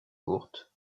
courtes